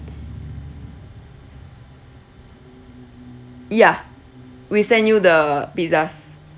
yeah we'll send you the pizzas